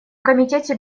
комитете